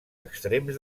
extrems